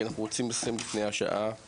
כי אנחנו רוצים לסיים לפני השעה שתיים,